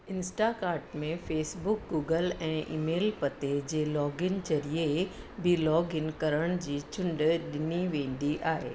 Instacart में Facebook Google ऐं email पते जे लॉगिन ज़रीए बि लॉगिन करण जी चूंड ॾिनी वेंदी आहे